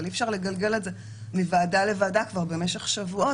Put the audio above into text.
אבל אי אפשר לגלגל את זה מוועדה לוועדה כבר במשך שבועות.